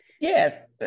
yes